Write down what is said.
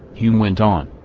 hume went on,